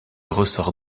ressort